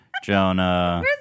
Jonah